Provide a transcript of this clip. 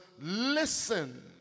listen